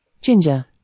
ginger